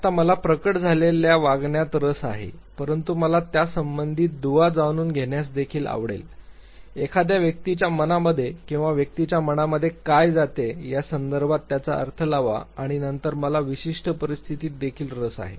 आता मला प्रकट झालेल्या वागण्यात रस आहे परंतु मला त्यासंबंधित दुवा जाणून घेण्यास देखील आवडेल एखाद्या व्यक्तीच्या मनामध्ये किंवा व्यक्तीच्या मनामध्ये काय जाते या संदर्भात त्याचा अर्थ लावा आणि नंतर मला विशिष्ट परिस्थितीत देखील रस आहे